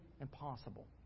impossible